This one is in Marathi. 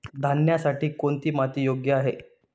धान्यासाठी कोणती माती योग्य आहे?